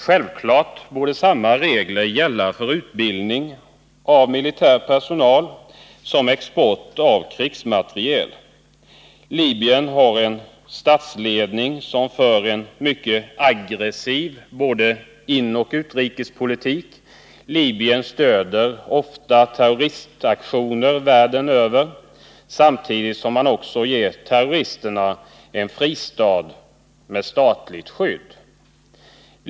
Självklart borde samma regler gälla för utbildning av militär personal som för export av krigsmateriel. Libyen har en statsledning som för en mycket aggressiv både inoch utrikespolitik. Libyen stöder ofta terroristaktioner världen över, samtidigt som man också ger terroristerna en fristad med statligt skydd.